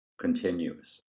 Continues